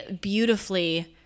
beautifully